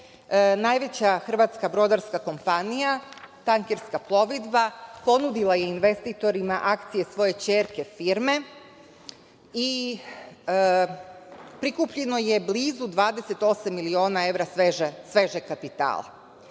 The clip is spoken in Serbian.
Najveća hrvatska brodarska kompanija Tankerska plovidba ponudila je investitorima akcije svoje ćerke firme i prikupljeno je blizu 28 miliona evra svežeg kapitala.